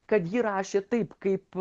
kad ji rašė taip kaip